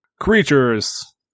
Creatures